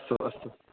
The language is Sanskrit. अस्तु अस्तु